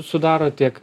sudaro tiek